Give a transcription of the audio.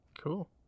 cool